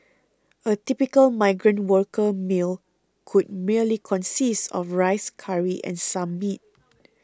a typical migrant worker meal could merely consist of rice curry and some meat